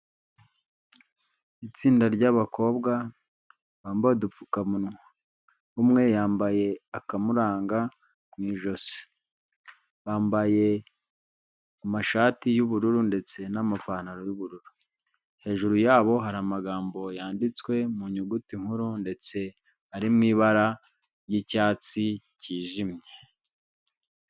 Itsinda ry'abakobwa bambaye udupfukamunwa, umwe yambaye akamuranga mu ijosi, bambaye amashati y'ubururu ndetse n'amapantaro y'ubururu, hejuru yabo hari amagambo yanditswe mu nyuguti nkuru ndetse ari mu ibara ry'icyatsi cyijimye.